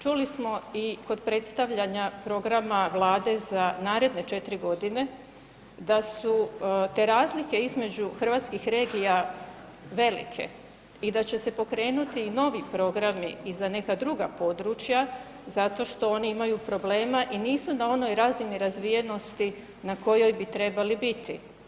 Čuli smo i kod predstavljanja programa Vlade za naredne 4 godine da su te razlike između hrvatskih regija velike i da će se pokrenuti i novi programi i za neka druga područja zato što oni imaju problema i nisu na onoj razini razvijenosti na kojoj bi trebali biti.